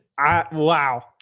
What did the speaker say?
wow